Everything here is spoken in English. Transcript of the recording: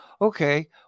okay